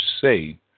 say